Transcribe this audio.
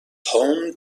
home